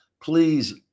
please